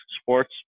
sports